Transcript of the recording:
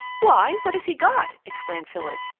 why, what has he got? exclaimed phyllis.